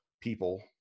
people